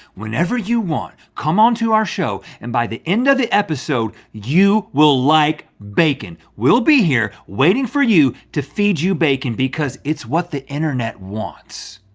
whenever you want, come on to our show, and by the end of the episode, you will like bacon. we'll be here waiting for you, to feed you bacon, because it's what the internet wants.